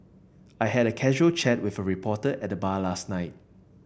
I had a casual chat with a reporter at the bar last night